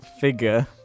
Figure